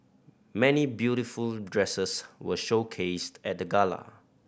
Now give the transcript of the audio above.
many beautiful dresses were showcased at the gala